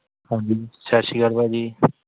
ਹਾਂਜੀ ਸਤਿ ਸ਼੍ਰੀ ਅਕਾਲ ਭਾਜੀ